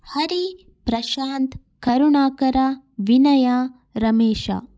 Hari Prashanth Karunakara Vinaya Ramesh